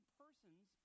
persons